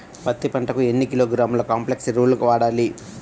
పత్తి పంటకు ఎన్ని కిలోగ్రాముల కాంప్లెక్స్ ఎరువులు వాడాలి?